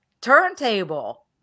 turntable